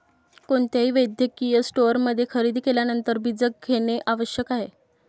कोणत्याही वैद्यकीय स्टोअरमध्ये खरेदी केल्यानंतर बीजक घेणे आवश्यक आहे